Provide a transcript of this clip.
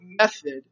method